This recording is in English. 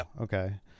okay